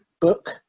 book